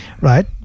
right